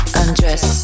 undress